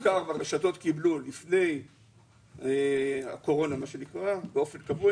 כל המשאבים שהמוכר והרשתות קיבלו לפני הקורונה באופן קבוע,